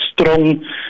strong